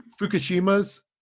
Fukushima's